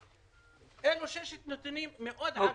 אלה שישה נתונים עגומים מאוד.